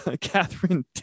Catherine